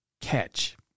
catch